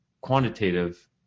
quantitative